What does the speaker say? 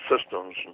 Systems